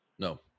No